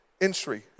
entry